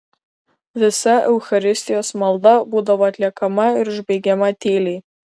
visa eucharistijos malda būdavo atliekama ir užbaigiama tyliai